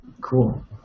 cool